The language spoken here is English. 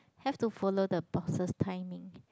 have to follow the bosses timing